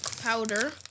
powder